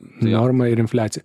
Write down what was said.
normą ir infliaciją